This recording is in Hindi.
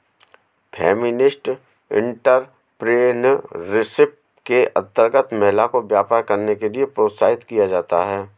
फेमिनिस्ट एंटरप्रेनरशिप के अंतर्गत महिला को व्यापार करने के लिए प्रोत्साहित किया जाता है